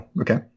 Okay